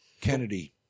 Kennedy